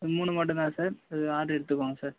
இது மூணு மட்டுந்தான் சார் இது ஆட்ரு எடுத்துக்கோங்க சார்